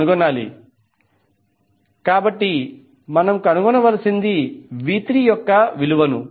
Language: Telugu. కాబట్టి మనం కనుగొనవలసినది V3 యొక్క విలువను